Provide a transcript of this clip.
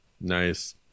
nice